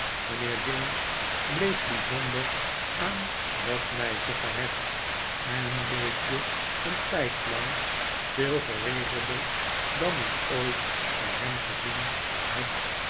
mijnheer james bleef bijzonder aan dat meisje gehecht en leefde een tijdlang veel geregelder dan ik ooit van hem gezien zeer